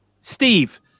steve